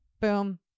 Boom